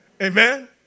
Amen